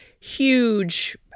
huge